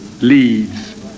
leads